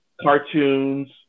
cartoons